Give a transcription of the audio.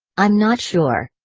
i'm not sure.